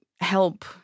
help